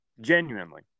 genuinely